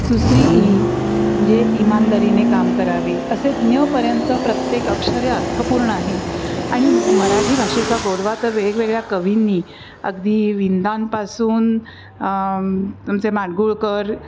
दुसरी ई म्हणजे ईमानदारीने काम करावे असे ज्ञ पर्यंत प्रत्येक अक्षर हे अर्थपूर्ण आहे आणि मराठी भाषेचा गोडवा तर वेगवेगळ्या कविंनी अगदी विंदांपासून तुमचे माडगुळकर